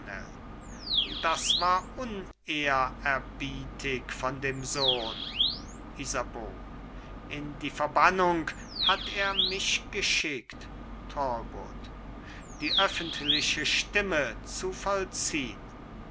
das war unehrerbietig von dem sohn isabeau in die verbannung hat er mich geschickt talbot die öffentliche stimme zu vollziehn